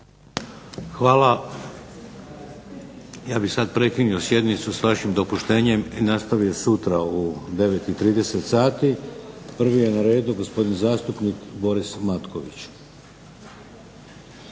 Hvala. Ja bih sad prekinuo sjednicu s vašim dopuštenjem i nastavio sutra u 9 i 30 sati. Prvi je na redu gospodin zastupnik Boris Matković.